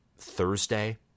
Thursday